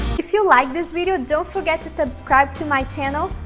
if you liked this video, don't forget to subscribe to my channel,